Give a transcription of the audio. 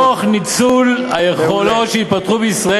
תוך ניצול היכולות שהתפתחו בישראל